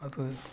ಅದು